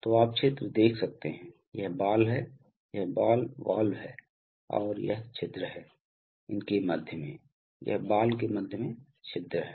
तो आप छिद्र देख सकते हैं यह बॉल है ये बॉल वाल्व है और यह छिद्र है इनके मध्य में यह बॉल के मध्य में छिद्र है